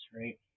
right